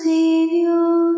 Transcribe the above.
Savior